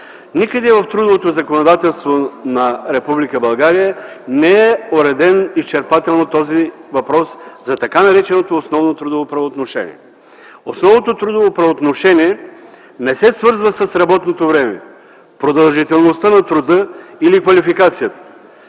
Никъде в трудовото законодателство на Република България не е уреден изчерпателно въпросът за така нареченото основно трудово правоотношение. Основното трудово правоотношение не се свързва с работното време, продължителността на труда или квалификацията.